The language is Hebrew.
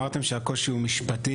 אמרתם שהקושי הוא משפטי,